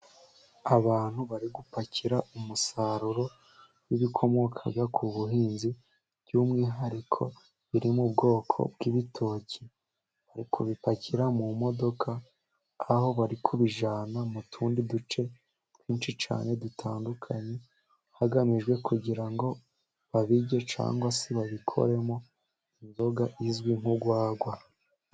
Abantu bari gupakira umusaruro w'ibikomoka ku buhinzi, by'umwihariko biri mu bwoko bw'ibitoki, bari kubipakira mu modoka aho bari kubijyana mu tundi duce twinshi cyane dutandukanye, hagamijwe kugira ngo babirye cyanwa se babikoremo inzoga izwi nk'urwagwa.